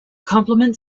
complement